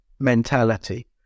mentality